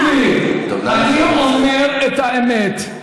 תקשיבי, אני אומר את האמת.